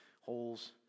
holes